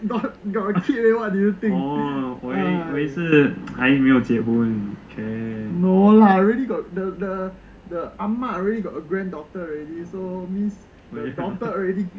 oh sorry orh 我以为是还没有结婚